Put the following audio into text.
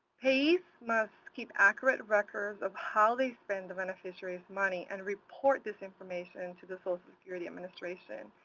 payees must keep accurate records of how they spend the beneficiary's money and report this information to the social security administration.